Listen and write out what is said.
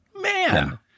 man